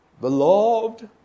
Beloved